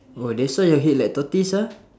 oh that's why your head like tortoise ah